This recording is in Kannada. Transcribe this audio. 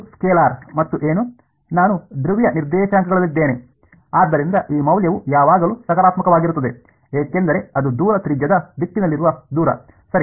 ಇದು ಸ್ಕೇಲಾರ್ ಮತ್ತು ಏನು ನಾನು ಧ್ರುವೀಯ ನಿರ್ದೇಶಾಂಕಗಳಲ್ಲಿದ್ದೇನೆ ಆದ್ದರಿಂದ ಈ ಮೌಲ್ಯವು ಯಾವಾಗಲೂ ಸಕಾರಾತ್ಮಕವಾಗಿರುತ್ತದೆ ಏಕೆಂದರೆ ಅದು ದೂರ ತ್ರಿಜ್ಯದ ದಿಕ್ಕಿನಲ್ಲಿರುವ ದೂರ ಸರಿ